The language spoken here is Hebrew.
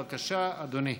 בבקשה, אדוני.